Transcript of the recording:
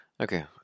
Okay